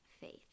faith